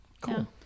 Cool